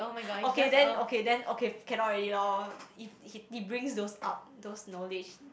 okay then okay then okay cannot already loh if he brings those up those knowledge